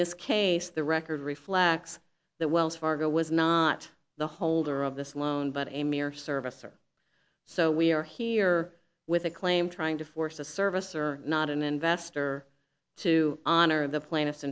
this case the record reflects that wells fargo was not the holder of this loan but a mere service or so we are here with a claim trying to force a service or not an investor to honor the plaintiff